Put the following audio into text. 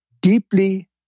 deeply